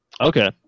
Okay